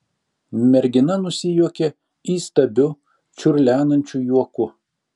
mergina nusijuokė įstabiu čiurlenančiu juoku